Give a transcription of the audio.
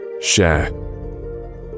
Share